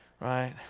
right